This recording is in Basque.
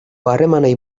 harremanei